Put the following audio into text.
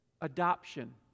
Adoption